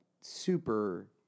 super